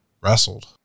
wrestled